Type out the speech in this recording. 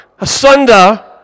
asunder